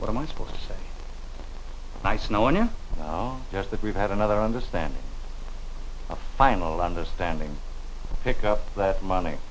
what am i supposed to say nice no one knows that we've had another understand a final understanding pick up that money